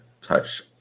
touch